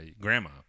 grandma